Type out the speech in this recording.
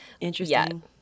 Interesting